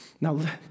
Now